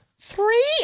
three